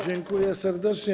Dziękuję serdecznie.